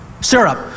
syrup